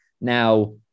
Now